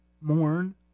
mourn